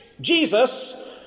Jesus